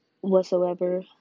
whatsoever